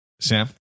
Sam